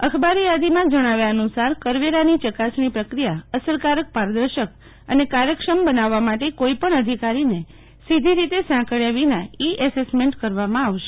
અખબાર યાદીમાં જણાવ્યા અનુસાર કરવેરાની ચકાસણી પ્રક્રિયા અસરકારકપારદર્શક અને કાર્યક્ષમ બનાવવા માટે ક્રોઈ પણ અધિકારીને સીધી રીતે સાંકળ્યા વિના ઈ એસેસમેન્ટ કરવામાં આવશે